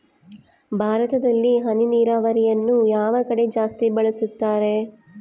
ಭಾರತದಲ್ಲಿ ಹನಿ ನೇರಾವರಿಯನ್ನು ಯಾವ ಕಡೆ ಜಾಸ್ತಿ ಬಳಸುತ್ತಾರೆ?